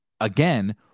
Again